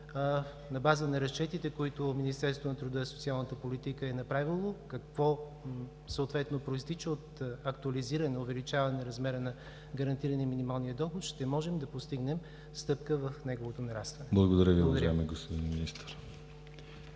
на база на разчетите, които Министерството на труда и социалната политика е направило, какво съответно произтича от актуализиране, увеличаване размера на гарантирания минимален доход, ще можем да постигнем стъпка в неговото нарастване. ПРЕДСЕДАТЕЛ ДИМИТЪР ГЛАВЧЕВ: Благодаря